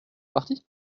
partie